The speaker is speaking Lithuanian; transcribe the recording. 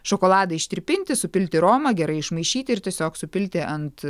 šokoladą ištirpinti supilti romą gerai išmaišyti ir tiesiog supilti ant